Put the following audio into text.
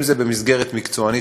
אם זה במסגרת מקצוענית,